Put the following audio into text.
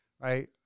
Right